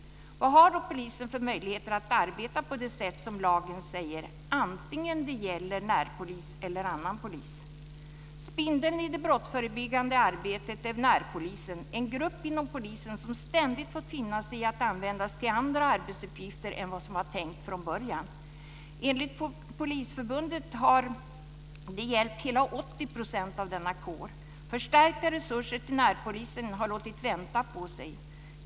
Vad har då polisen för möjligheter att arbeta på det sätt som lagen säger, antingen det gäller närpolis eller annan polis? Spindeln i det brottsförebyggande arbetet är närpolisen - en grupp inom polisen som ständigt fått finna sig i att användas till andra arbetsuppgifter än vad som var tänkt från början. Enligt Polisförbundet har det gällt hela 80 % av denna kår. Förstärkta resurser till närpolisen har låtit vänta på sig.